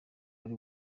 ari